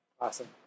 Awesome